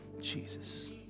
Jesus